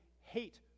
hate